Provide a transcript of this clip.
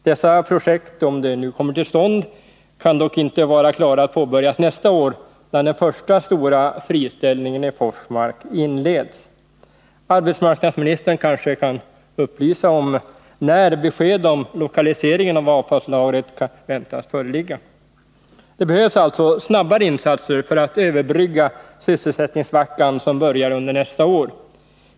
Dessa projekt, om de nu kommer till stånd, kan dock inte vara klara att påbörjas nästa år när den första stora friställningen i Forsmark inleds. Arbetsmarknadsministern kan kanske upplysa om när besked om lokaliseringen av avfallslagret väntas föreligga. Det behövs alltså snabbare insatser för att överbrygga sysselsättningssvackan som börjar under nästa år.